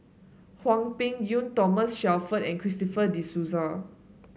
Hwang Peng Yuan Thomas Shelford and Christopher De Souza